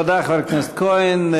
תודה, חבר הכנסת כהן.